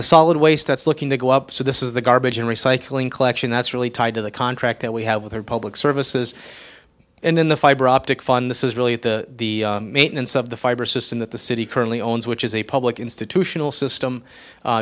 the solid waste that's looking to go up so this is the garbage and recycling collection that's really tied to the contract that we have with their public services and in the fiber optic fund this is really at the maintenance of the fiber system that the city currently owns which is a public institutional system